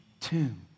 tomb